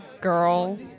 girl